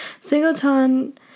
Singleton